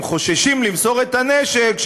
הם חוששים למסור את הנשק,